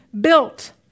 Built